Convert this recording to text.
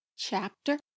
Chapter